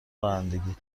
رانندگیت